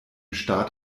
staat